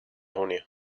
junio